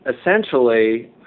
essentially